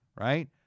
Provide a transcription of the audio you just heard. Right